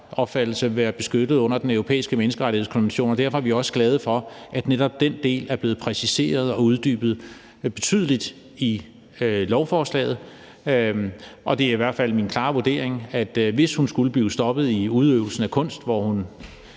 opfattelse være beskyttet under Den Europæiske Menneskerettighedskonvention. Derfor er vi også glade for, at netop den del er blevet præciseret og uddybet betydeligt i lovforslaget, og det er i hvert fald min klare vurdering, at hvis hun skulle blive stoppet i udøvelsen af sin kunst, hvor hun